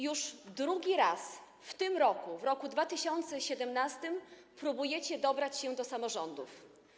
Już drugi raz w tym roku, w roku 2017, próbujecie dobrać się do samorządów.